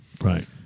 Right